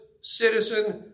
citizen